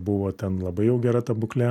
buvo ten labai jau gera ta būklė